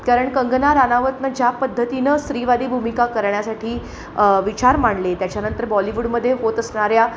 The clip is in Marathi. कारण कंगना रनौतनं ज्या पद्धतीनं स्त्रीवादी भूमिका करण्यासाठी विचार मांडले त्याच्यानंतर बॉलिवूडमध्ये होत असणाऱ्या